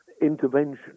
intervention